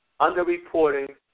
underreporting